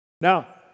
Now